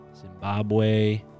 Zimbabwe